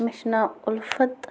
مےٚ چھُ ناو اُلفت